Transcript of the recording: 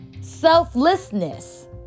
Selflessness